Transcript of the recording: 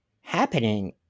happening